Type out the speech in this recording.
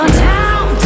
down